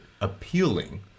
appealing